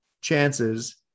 chances